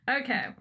Okay